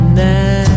now